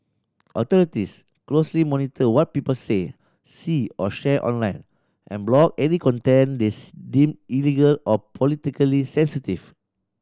authorities closely monitor what people say see or share online and block any content they deem illegal or politically sensitive